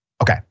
Okay